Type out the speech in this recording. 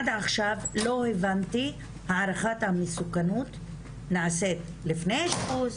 עד עכשיו לא הבנתי הערכת המסוכנות נעשית לפני האשפוז,